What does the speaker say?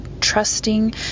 trusting